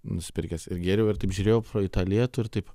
nusipirkęs ir gėriau ir taip žiūrėjau pro į tą lietų ir taip